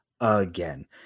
again